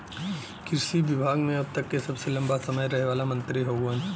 कृषि विभाग मे अब तक के सबसे लंबा समय रहे वाला मंत्री हउवन